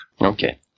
Okay